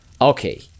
okay